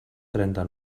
trenta